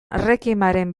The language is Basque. requiemaren